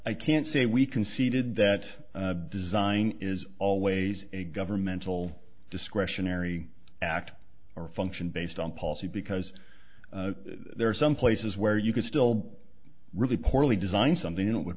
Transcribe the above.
i can't say we conceded that design is always a governmental discretionary act or function based on policy because there are some places where you could still really poorly design something it would